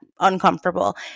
Uncomfortable